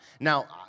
Now